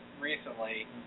recently